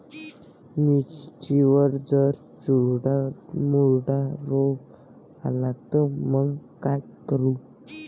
मिर्चीवर जर चुर्डा मुर्डा रोग आला त मंग का करू?